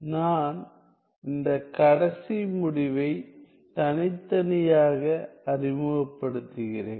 நான் இந்த கடைசி முடிவை தனித்தனியாக அறிமுகப்படுத்துகிறேன்